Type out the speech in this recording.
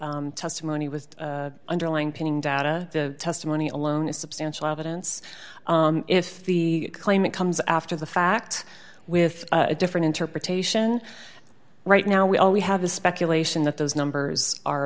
the testimony was underlying pin data the testimony alone is substantial evidence if the claimant comes after the fact with a different interpretation right now we all we have the speculation that those numbers are